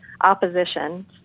opposition